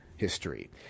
history